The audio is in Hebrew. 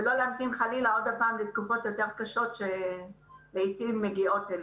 ולא להמתין חלילה לתקופות קשות יותר שלעתים מגיעות אלינו.